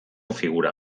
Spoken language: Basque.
figura